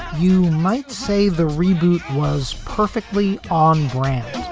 you might say the reboot was perfectly on brand.